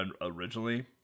originally